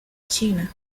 china